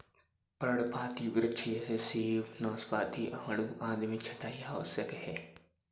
पर्णपाती वृक्ष जैसे सेब, नाशपाती, आड़ू आदि में छंटाई आवश्यक है